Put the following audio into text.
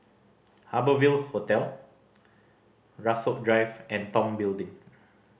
Harbour Ville Hotel Rasok Drive and Tong Building